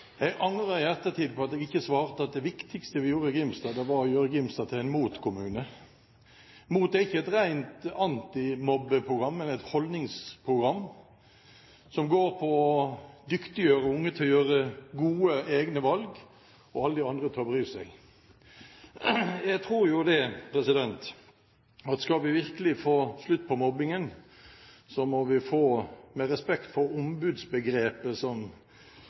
Jeg angrer i ettertid på at jeg ikke svarte at det viktigste vi gjorde i Grimstad, var å gjøre Grimstad til en MOT-kommune. MOT er ikke et rent antimobbeprogram, men et holdningsprogram som går på å dyktiggjøre unge til å gjøre gode egne valg og få alle de andre til å bry seg. Jeg tror at skal vi virkelig få slutt på mobbingen, må vi – med respekt for ombudsbegrepet,